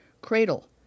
Cradle